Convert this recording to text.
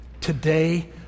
Today